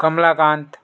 Kamalakant